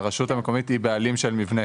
לכך שהרשות המקומית היא בעלים של מבנה.